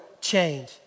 change